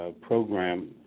program